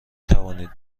توانید